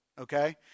okay